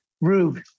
rube